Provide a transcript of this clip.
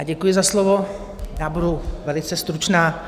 Děkuji za slovo, já budu velice stručná.